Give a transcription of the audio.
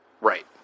Right